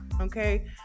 Okay